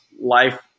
life